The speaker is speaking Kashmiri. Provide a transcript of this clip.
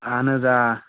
اَہن حظ آ